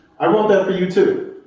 i want that for you too,